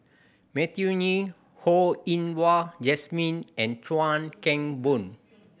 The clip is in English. Matthew Ngui Ho Yen Wah Jesmine and Chuan Keng Boon